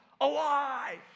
alive